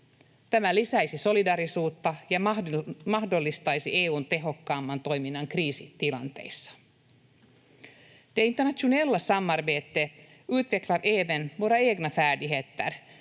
Tämä lisäisi solidaarisuutta ja mahdollistaisi EU:n tehokkaamman toiminnan kriisitilanteissa. Det internationella samarbetet utvecklar även våra egna färdigheter